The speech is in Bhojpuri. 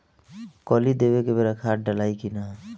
कली देवे के बेरा खाद डालाई कि न?